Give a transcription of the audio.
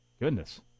Goodness